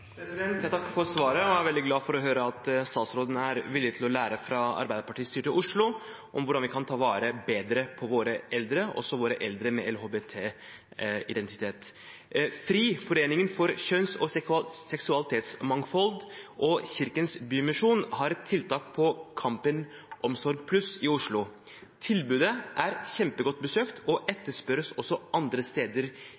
Jeg takker for svaret og er veldig glad for å høre at statsråden er villig til å lære fra Arbeiderparti-styrte Oslo om hvordan vi kan ta bedre vare på våre eldre, også våre eldre med LHBT-identitet. FRI, Foreningen for kjønns- og seksualitetsmangfold, og Kirkens Bymisjon har et tiltak på Kampen Omsorg+ i Oslo. Tilbudet er kjempegodt besøkt og